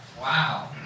Wow